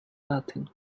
nothing